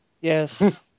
Yes